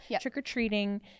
trick-or-treating